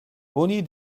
oni